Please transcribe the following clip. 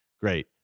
Great